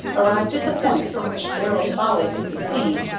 arrived at the point from which darrell's folly could be seen,